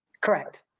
Correct